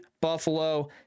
Buffalo